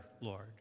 Lord